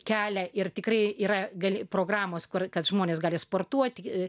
kelią ir tikrai yra gal programos kur kad žmonės gali sportuoti